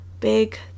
big